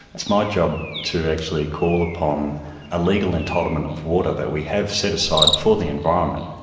it's my job to actually call upon a legal entitlement of water that we have set aside for the environment.